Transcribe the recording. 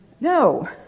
no